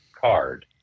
card